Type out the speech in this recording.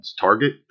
Target